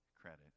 credit